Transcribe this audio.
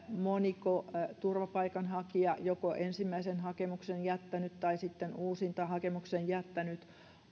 moniko turvapaikanhakija joko ensimmäisen hakemuksen jättänyt tai sitten uusintahakemuksen jättänyt